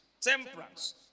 temperance